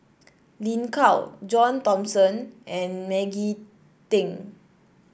Lin Gao John Thomson and Maggie Teng